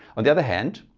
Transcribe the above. on the other hand,